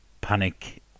panic